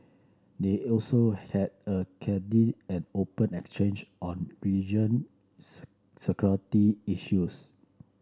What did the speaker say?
they also had a candid and open exchange on region security issues